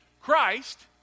Christ